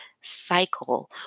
cycle